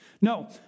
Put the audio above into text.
No